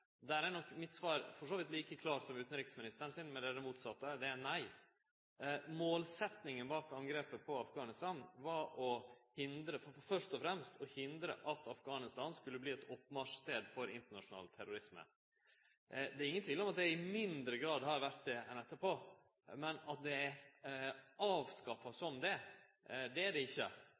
der er nok mitt svar for så vidt like klart som utanriksministeren sitt, men det er det motsette – det er nei. Målsetjinga med angrepet på Afghanistan var først og fremst å hindre at Afghanistan skulle verte ein oppmarsjstad for internasjonal terrorisme. Det er ingen tvil om at det i mindre grad har vore det etterpå, men avskaffa som det er det